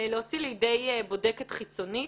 לידי בודקת חיצונית.